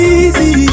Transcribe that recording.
easy